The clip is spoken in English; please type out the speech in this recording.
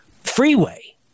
freeway